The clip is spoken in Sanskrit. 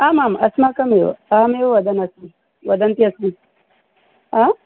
आमाम् अस्माकमेव अहमेव वदन्नस्मि वदन्ती अस्मि हा